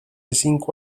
cinco